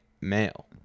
male